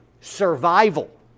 survival